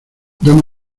dame